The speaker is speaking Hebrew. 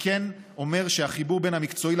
והרב דרעי,